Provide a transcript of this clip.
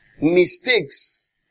Mistakes